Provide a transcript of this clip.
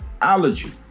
allergy